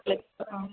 clip ആ